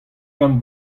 gant